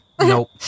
Nope